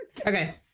Okay